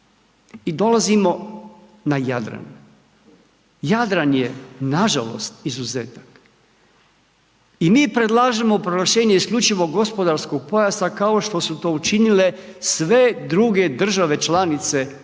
i dolazimo na Jadran. Jadran je nažalost izuzetak. I mi predlažemo proglašenje isključivog gospodarskog pojasa kao što su to učinile sve druge države članice EU, rekao